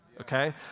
okay